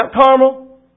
Carmel